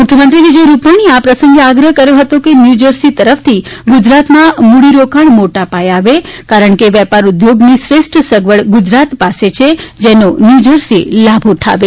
મુખ્યમંત્રી વિજય રૂપાણીએ આ પ્રસંગે આગ્રહ કર્યો હતો કે ન્યૂજર્સી તરફથી ગુજરાતમાં મૂડીરોકાણ મોટાપાયે આવે કારણ કે આભાર નિહારીકા રવિયા વેપારઉદ્યોગની શ્રેષ્ઠ સગવડ ગુજરાત પાસે છે જેનો ન્યૂજર્સી લાભ ઉઠાવે